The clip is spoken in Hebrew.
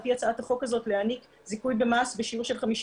לכן לפי הצעת החוק הזאת מוצע להעניק זיכוי במס בשיעור של 50